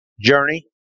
journey